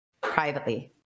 privately